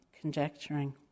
conjecturing